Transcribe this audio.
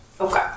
Okay